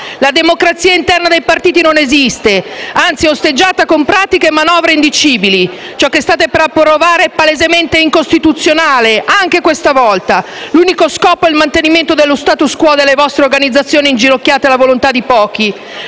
la democrazia interna dei partiti non esiste; anzi, è osteggiata con pratiche e manovre indicibili. Ciò che state per approvare è palesemente incostituzionale, anche questa volta. L'unico scopo è il mantenimento dello *status quo* delle vostre organizzazioni inginocchiate alla volontà di pochi.